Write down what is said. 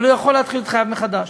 אבל הוא יכול להתחיל את חייו מחדש.